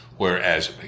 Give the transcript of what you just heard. Whereas